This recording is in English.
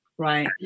right